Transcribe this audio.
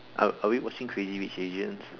are are we watching crazy rich Asians